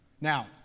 Now